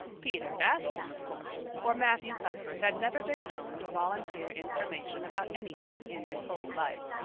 peter had asked him, of course, for matthew cuthbert had never been known to volunteer information about anything in his whole life.